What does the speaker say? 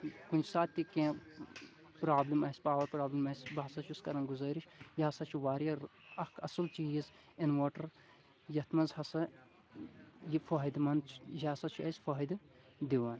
کُنہِ ساتہٕ تہِ کیٚنٛہہ پرٛابلِم آسہِ پاوَر پرٛابلِم آسہِ بہٕ ہسا چھُس کَران گُزٲرِش یہِ ہسا چھُ واریاہ اَکھ اَصٕل چیٖز اِنوٲٹَر یَتھ منٛز ہسا یہِ فٲہدٕ منٛد چھُ یہِ ہسا چھُ اَسہِ فٲہدٕ دِوان